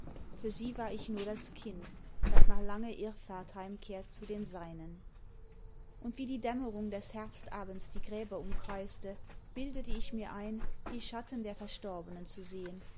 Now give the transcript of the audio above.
für sie war ich nur das kind das nach langer irrfahrt heimkehrt zu den seinen und wie die dämmerung des herbst abends die gräber umkreiste bildete ich mir ein die schatten der verstorbenen zu sehen